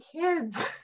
kids